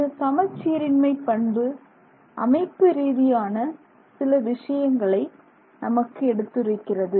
இந்த சமச்சீரின்மை பண்பு அமைப்பு ரீதியான சில விஷயங்களை நமக்கு எடுத்துரைக்கிறது